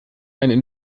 einen